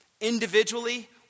individually